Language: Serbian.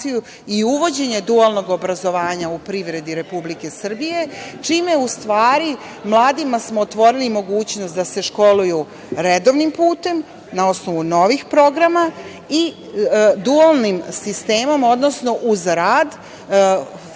i uvođenje dualnog obrazovanja u privredi Republike Srbije, čime smo u stvari mladima otvorili mogućnost da se školuju redovnim putem, na osnovu novih programa, i dualnim sistemom, odnosno uz rad,